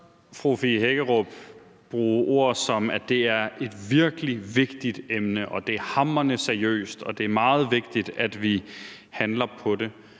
fru Fie Hækkerup bruge ord som, at det er »et virkelig vigtigt emne«, og det er »hamrende seriøst«, og det er meget vigtigt, at vi handler på det.